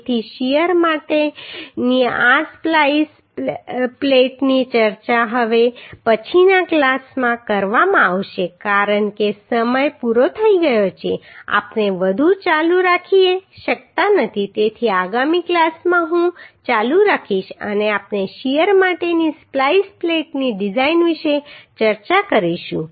તેથી શીયર માટેની આ સ્પ્લાઈસ પ્લેટની ચર્ચા હવે પછીના ક્લાસમાં કરવામાં આવશે કારણ કે સમય પૂરો થઈ ગયો છે આપણે વધુ ચાલુ રાખી શકતા નથી તેથી આગામી ક્લાસમાં હું ચાલુ રાખીશ અને આપણે શીયર માટેની સ્પ્લાઈસ પ્લેટની ડિઝાઈન વિશે ચર્ચા કરીશું